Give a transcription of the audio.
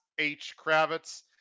hkravitz